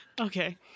Okay